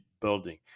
building